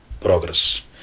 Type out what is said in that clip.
progress